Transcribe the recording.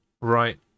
Right